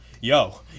yo